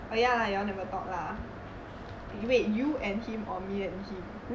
oh ya you all never talk lah eh wait you and him or me and him